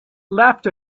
left